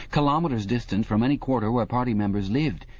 kilometres distant from any quarter where party members lived.